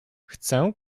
chcę